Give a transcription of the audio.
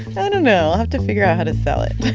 and know. i'll have to figure out how to sell it